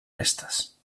restes